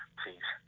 please